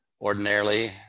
ordinarily